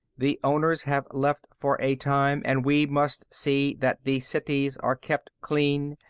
the owners have left for a time, and we must see that the cities are kept clean,